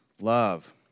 love